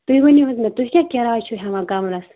تُہۍ ؤنِو حظ مےٚ تُہۍ کیٛاہ کیٛاہ کِراے چھِو ہٮ۪وان کَمرَس